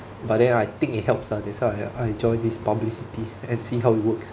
but then I think it helps ah that's why I I joined this publicity and see how it works